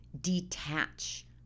detach